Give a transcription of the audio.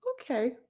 Okay